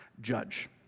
judge